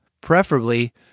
Preferably